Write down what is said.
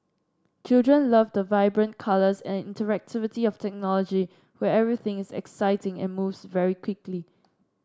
children love the vibrant colours and interactivity of technology where everything is exciting and moves very quickly